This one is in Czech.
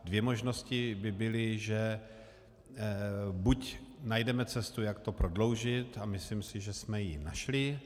Dvě možnosti by byly, že buď najdeme cestu, jak to prodloužit, a myslím si, že jsme ji našli.